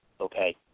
okay